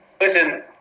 Listen